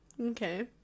Okay